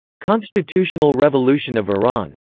constitutional revolution of iran